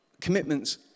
Commitments